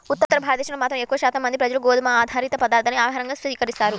ఉత్తర భారతదేశంలో మాత్రం ఎక్కువ శాతం మంది ప్రజలు గోధుమ ఆధారిత పదార్ధాలనే ఆహారంగా స్వీకరిస్తారు